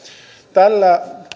tällä